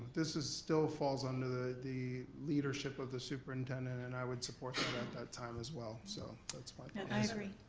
this still still falls under the the leadership of the superintendent, and i would support that at that time as well. so that's my yeah i agree.